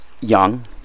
young